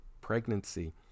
pregnancy